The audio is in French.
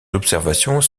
observations